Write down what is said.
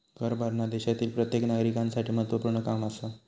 कर भरना देशातील प्रत्येक नागरिकांसाठी महत्वपूर्ण काम आसा